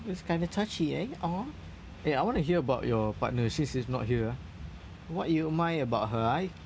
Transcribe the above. it's kind of touchy eh !aww! eh I wanna hear about your partner since she's not here ah what you admire about her eh